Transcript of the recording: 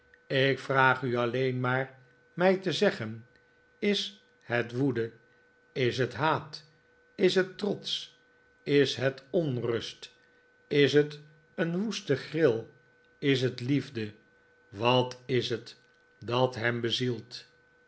ik vraag u alleen maar mij te zeggen is het woede is het haat is het trots is het onrust is het een woeste gril is het liefde w a t i s h e t dat hem bezielt